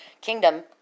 kingdom